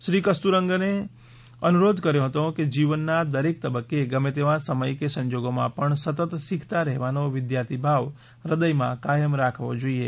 શ્રી કસ્તુરીરંગને વિદ્યાર્થીઓને અનુરોધ કર્યો હતો કે જીવનના દરેક તબક્કે ગમે તેવા સમય કે સંજોગોમાં પણ સતત શીખતા રહેવાનો વિદ્યાર્થીભાવ હૃદયમાં કાયમ રાખવો જોઇએ